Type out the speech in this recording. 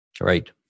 right